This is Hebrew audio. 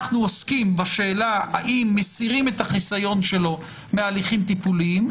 אנחנו עוסקים בשאלה האם מסירים את החיסיון שלו מהליכים טיפוליים.